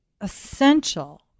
essential